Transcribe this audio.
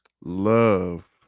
love